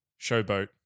Showboat